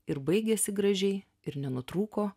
ir baigėsi gražiai ir nenutrūko